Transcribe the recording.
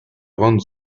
rendent